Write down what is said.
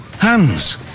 hands